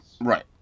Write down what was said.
Right